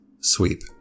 Sweep